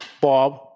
Bob